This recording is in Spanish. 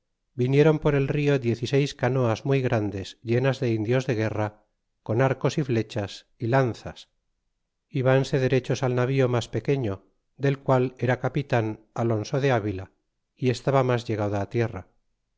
vinieron por el rio diez y seis canoas muy grandes llenas de indios de guerra con arcos y flechas y lanzas y vanse derechos al navío mas pequeño del qual era capitan alonso de avila y estaba mas llegado tidrra